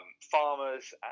farmers